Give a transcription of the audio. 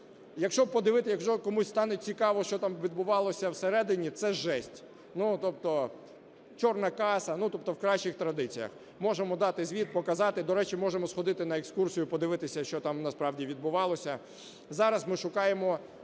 Якщо подивитися, якщо комусь стане цікаво, що там відбувалося в середині – це жесть. Ну, тобто "чорна каса", тобто в кращих традиціях. Можемо дати звіт, показати. До речі, можемо сходити на екскурсію, подивитися, що там насправді відбувалося. Зараз ми шукаємо,